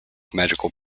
magical